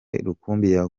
yakuye